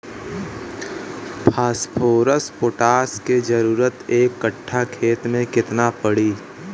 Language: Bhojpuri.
फॉस्फोरस पोटास के जरूरत एक कट्ठा खेत मे केतना पड़ी?